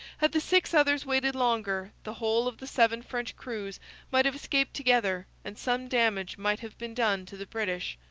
had the six others waited longer the whole of the seven french crews might have escaped together and some damage might have been done to the british.